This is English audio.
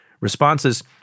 responses